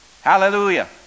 Hallelujah